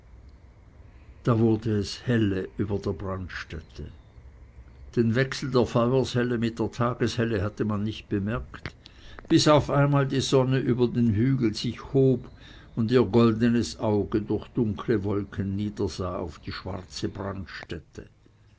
da wurde es helle über der brandstätte den wechsel der feuershelle mit der tageshelle hatte man nicht bemerkt bis auf einmal die sonne über die hügel sich hob und ihr goldnes auge durch dunkle wolken niedersah auf die schwarze brandstätte